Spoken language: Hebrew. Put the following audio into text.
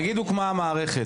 נגיד הוקמה המערכת.